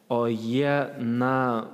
o jie na